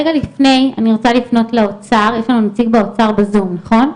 שלום לכולם,